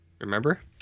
Remember